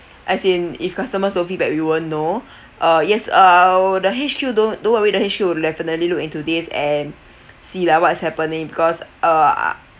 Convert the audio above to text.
as in if customers don't feedback we won't know uh yes uh the H_Q don't don't worry the H_Q will definitely look into this and see lah what's happening because uh I